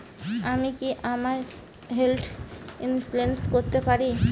আমি কি আমার হেলথ ইন্সুরেন্স করতে পারি?